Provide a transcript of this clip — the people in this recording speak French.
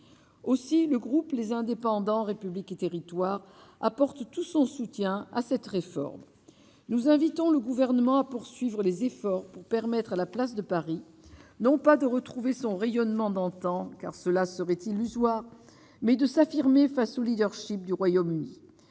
aussi le groupe les indépendants républiques et territoires apporte tout son soutien à cette réforme, nous invitons le gouvernement à poursuivre les efforts pour. Permettre à la place de Paris, non pas de retrouver son rayonnement d'antan car cela serait illusoire mais de s'affirmer face au Leadership du Royaume-Uni,